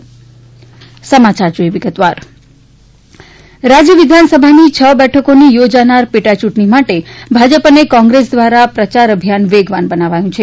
પેટા ચંટણી રાજ્ય વિધાનસભાની છ બેઠકોની ચોજાનાર પેટા ચૂંટણી માટે ભાજપ અને કોંગ્રેસ દ્વારા પ્રચાર અભિયાન વેગવાન બનાવાયું છે